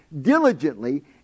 diligently